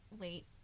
late